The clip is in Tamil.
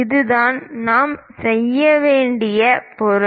இதுதான் நாம் செய்ய வேண்டிய பொருள்